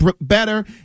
better